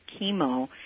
chemo